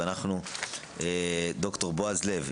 ואנחנו דר' בועז לב,